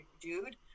dude